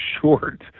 short